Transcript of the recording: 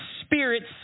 spirits